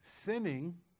Sinning